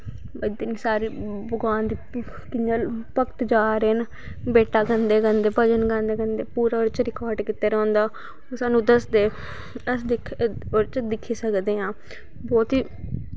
पूरा दिन कियां भगवान दे कियां भगत जा दे न भेटां गांदे गांदे भजन गांदे गांदे पूरा ओह्दे च रिकार्ड कीत्ते दा होंदा ओह् स्हानू दसदे अस ओह्दे च दिक्खी सकदे आं बहुत ई